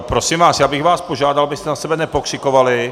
Prosím vás, já bych vás požádal, abyste na sebe nepokřikovali.